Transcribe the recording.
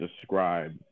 describe